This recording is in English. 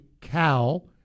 Cal